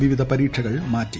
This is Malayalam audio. വിവിധ പരീക്ഷകൾ മാറ്റി